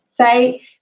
say